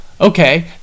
Okay